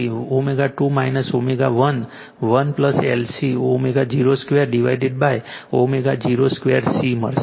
તેથી ω2 ω1 1 LC ω0 2 divided ω0 2 C મળશે